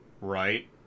right